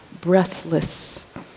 breathless